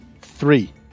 Three